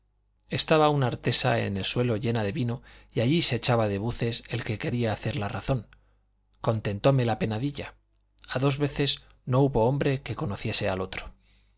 estaba una artesa en el suelo llena de vino y allí se echaba de buces el que quería hacer la razón contentóme la penadilla a dos veces no hubo hombre que conociese al otro